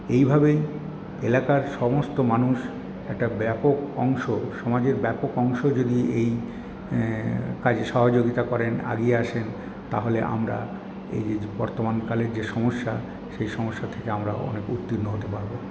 এইভাবে এলাকার সমস্ত মানুষ একটা ব্যাপক অংশ সমাজের ব্যাপক অংশ যদি এই কাজে সহযোগিতা করেন এগিয়ে আসেন তাহলে আমরা এই যে বর্তমান কালের যে সমস্যা সেই সমস্যা থেকে আমরা অনেক উত্তীর্ণ হতে পারব